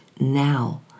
now